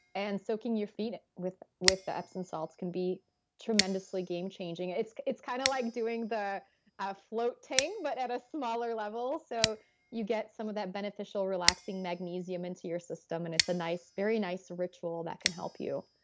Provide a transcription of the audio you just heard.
and soaking your feet with with the epsom salts can be tremendously game changing. it's it's kind of like doing the ah float tank, but at a smaller level so you get some of that beneficial, relaxing magnesium into your system. and it's a very nice ritual that can help you.